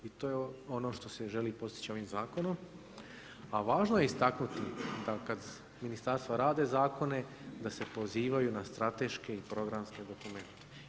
I to je ono što se želi postići ovim zakonom, a važno je istaknuti da kad ministarstva rade, da se pozivaju na strateške i programske dokumente.